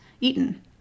eaten